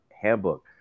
handbook